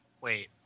Wait